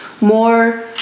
more